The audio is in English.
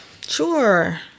Sure